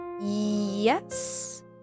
yes